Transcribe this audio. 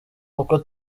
uko